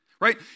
right